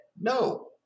no